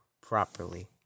properly